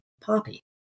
poppy